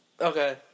Okay